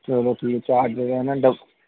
चलो ठीक चार्जर ऐ न